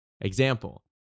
Example